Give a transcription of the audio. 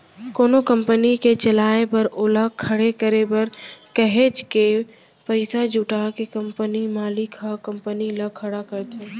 कोनो कंपनी के चलाए बर ओला खड़े करे बर काहेच के पइसा जुटा के कंपनी मालिक ह कंपनी ल खड़ा करथे